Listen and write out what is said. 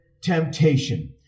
temptation